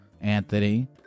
Anthony